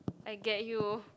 I get you